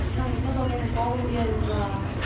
அண்ணா என்ன சொல்கிறீங்க போக முடியாதுங்களா